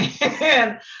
and-